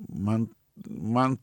man man